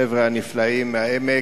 החבר'ה הנפלאים מהעמק.